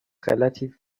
relativ